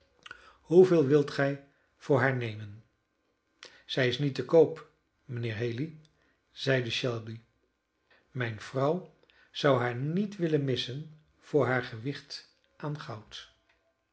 hoeveel wilt gij voor haar nemen zij is niet te koop mijnheer haley zeide shelby mijne vrouw zou haar niet willen missen voor haar gewicht aan goud